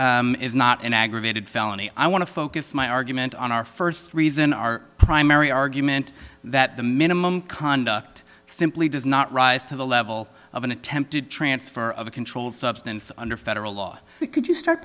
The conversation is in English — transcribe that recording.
this is not an aggravated felony i want to focus my argument on our first reason our primary argument that the minimum conduct simply does not rise to the level of an attempted transfer of a controlled substance under federal law could you start